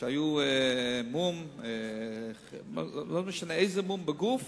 שהיו עם מום, לא משנה איזה מום בגוף,